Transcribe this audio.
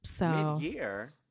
Mid-year